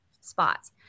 spots